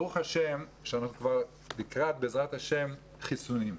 ברוך השם, בעזרת השם אנחנו לקראת חיסונים.